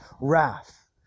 wrath